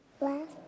last